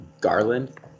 Garland